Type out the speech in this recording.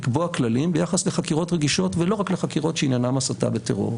לקבוע כללים ביחס לחקירות רגישות ולא רק לחקירות שעניינן הסתה וטרור.